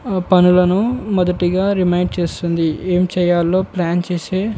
పనులను మొదటిగా రిమైండ్ చేస్తుంది ఏం చేయాలో ప్లాన్ చేసే